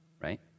right